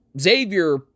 Xavier